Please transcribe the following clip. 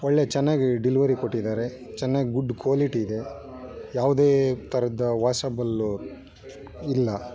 ಒಳ್ಳೆ ಚೆನ್ನಾಗಿ ಡೆಲಿವರಿ ಕೊಟ್ಟಿದ್ದಾರೆ ಚೆನ್ನಾಗಿ ಗುಡ್ ಕ್ವಾಲಿಟಿ ಇದೆ ಯಾವ್ದೇ ಥರದ ವಾಶೇಬಲ್ಲು ಇಲ್ಲ